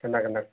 କେନ୍ତା କେନ୍ତା